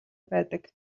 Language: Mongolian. байдаг